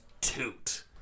toot